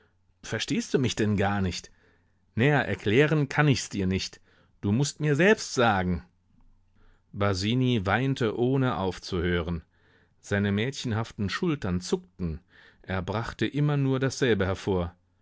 verstehst du mich denn gar nicht näher erklären kann ich's dir nicht du mußt mir selbst sagen basini weinte ohne aufzuhören seine mädchenhaften schultern zuckten er brachte immer nur dasselbe hervor